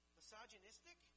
Misogynistic